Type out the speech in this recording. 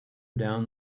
down